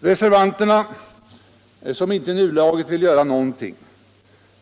De reservanter som inte i nuläget vill göra någonting